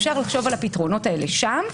אפשר לחשוב על הפתרונות האלה שם.